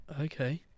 Okay